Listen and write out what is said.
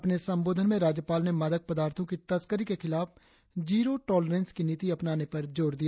अपने संबोधन में राज्यपाल ने मादक पदार्थों की तस्करी के खिलाफ जीरो टॉलारेंश की नीति अपनाने पर जोर दिया